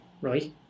right